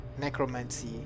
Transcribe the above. Necromancy